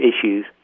issues